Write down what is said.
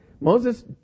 Moses